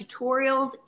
tutorials